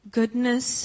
goodness